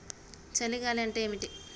చలి గాలి అంటే ఏమిటి?